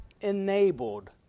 enabled